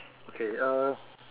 okay uh